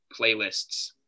playlists